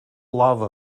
lava